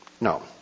No